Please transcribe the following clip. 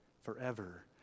forever